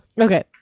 okay